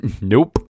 Nope